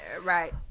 right